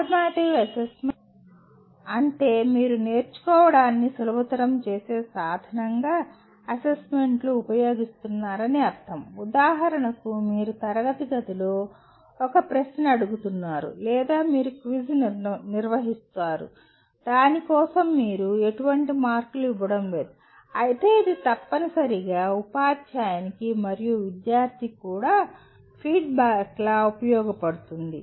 formative assessment అంటే మీరు నేర్చుకోవడాన్ని సులభతరం చేసే సాధనంగా అసెస్మెంట్ను ఉపయోగిస్తున్నారని అర్థం ఉదాహరణకు మీరు తరగతి గదిలో ఒక ప్రశ్న అడుగుతున్నారు లేదా మీరు క్విజ్ నిర్వహిస్తారు దాని కోసం మీరు ఎటువంటి మార్కులు ఇవ్వడం లేదు అయితే ఇది తప్పనిసరిగా ఉపాధ్యాయునికి మరియు విద్యార్థి కి కూడా ఫీడ్బ్యాక్గా ఉపయోగపడుతుంది